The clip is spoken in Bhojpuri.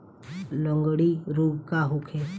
लगंड़ी रोग का होखे?